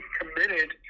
committed